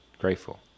Grateful